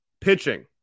Pitching